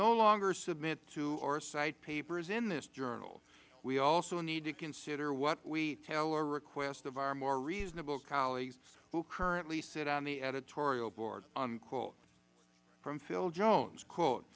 no longer submit to or cite papers in this journal we also need to consider what we tell or request of our more reasonable colleagues who currently sit on the editorial board unquote from phil jones quote